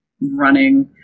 running